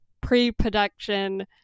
pre-production